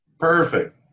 Perfect